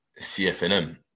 CFNM